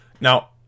Now